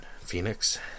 Phoenix